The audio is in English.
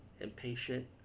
impatient